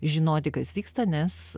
žinoti kas vyksta nes